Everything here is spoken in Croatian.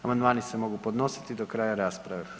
Amandmani se mogu podnositi do kraja rasprave.